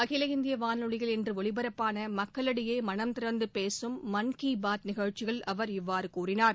அகில இந்திய வானொலியில் இன்று ஒலிபரப்பான மக்களிடையே மனந்திறந்து பேசும் மன்கி பாத் நிகழ்ச்சியில் அவர் இவ்வாறு கூறினார்